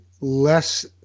less